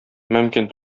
мөмкин